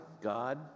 God